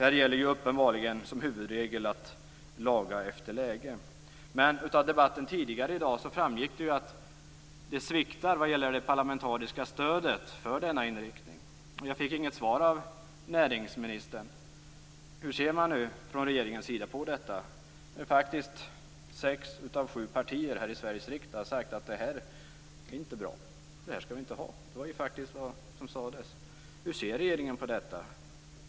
Här gäller uppenbarligen som huvudregel att laga efter läge. Men av debatten tidigare i dag framgick att det parlamentariska stödet för denna inriktning sviktar. Jag fick inget svar av näringsministern på frågan om hur regeringen ser på detta. Det är faktiskt sex av sju partier här i Sveriges riksdag som har sagt att det här inte är bra och att vi inte skall ha det. Hur ser regeringen på detta?